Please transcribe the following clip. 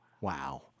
Wow